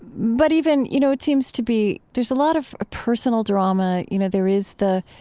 but even, you know, it seems to be there's a lot of ah personal drama, you know? there is the,